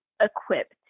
equipped